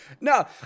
No